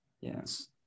yes